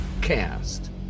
cast